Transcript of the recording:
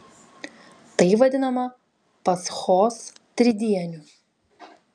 tai vadinama paschos tridieniu